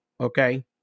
okay